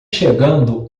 chegando